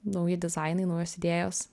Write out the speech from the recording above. nauji dizainai naujos idėjos